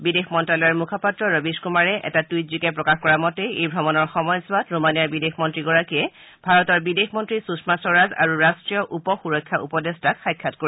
বিদেশ মন্ত্যালয়ৰ মুখপাত্ৰ ৰবীশ কুমাৰে এটা টুইটযোগে প্ৰকাশ কৰা মতে এই ভ্ৰমণৰ সময়ছোৱাত ৰোমানিয়াৰ বিদেশ মন্ত্ৰীগৰাকীয়ে ভাৰতৰ বিদেশ মন্ত্ৰী সূষমা স্বৰাজ আৰু ৰাষ্ট্ৰীয় উপ সূৰক্ষা উপদেষ্টাক সাক্ষাৎ কৰিব